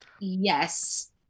Yes